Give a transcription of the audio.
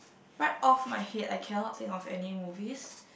right off my head I cannot think of any movies